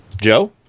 Joe